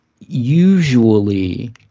usually